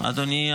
אדוני השר,